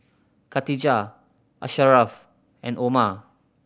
Katijah Asharaff and Omar